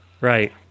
right